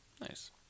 Nice